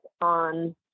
on